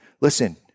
listen